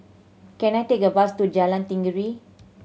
can I take a bus to Jalan Tenggiri